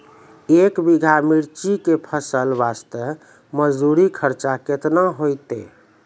एक बीघा मिर्ची के फसल वास्ते मजदूरी खर्चा केतना होइते?